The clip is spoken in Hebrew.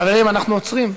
חברים, אנחנו עוצרים.